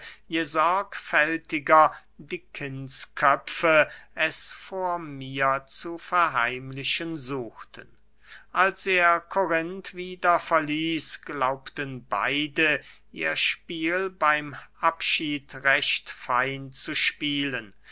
je sorgfältiger die kindsköpfe es vor mir zu verheimlichen suchten als er korinth wieder verließ glaubten beide ihr spiel beym abschied recht fein zu spielen